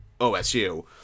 OSU